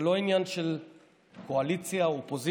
זה לא עניין של קואליציה או אופוזיציה.